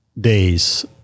days